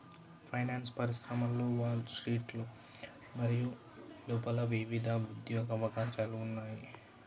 finance పరిశ్రమలో Wall స్ట్రీట్లో మరియు వెలుపల వివిధ ఉద్యోగ అవకాశాలు ఉన్నాయి